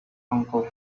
uncle